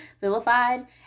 vilified